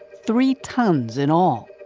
three tons in all.